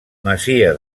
masia